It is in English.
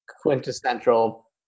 quintessential